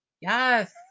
Yes